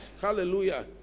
Hallelujah